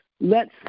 lets